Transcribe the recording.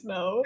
no